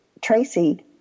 Tracy